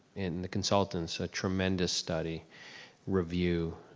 and the consultants, a tremendous study review.